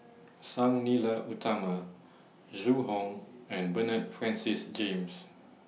Sang Nila Utama Zhu Hong and Bernard Francis James